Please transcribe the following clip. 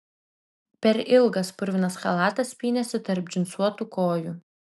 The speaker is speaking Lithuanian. per ilgas purvinas chalatas pynėsi tarp džinsuotų kojų